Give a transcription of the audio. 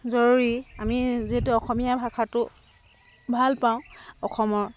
জৰুৰী আমি যিহেতু অসমীয়া ভাষাটো অসমৰ